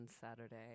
saturday